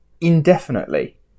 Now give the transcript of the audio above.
indefinitely